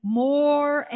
more